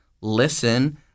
Listen